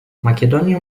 makedonya